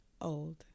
old